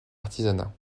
artisanat